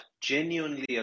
genuinely